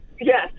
Yes